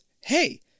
Hey